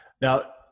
Now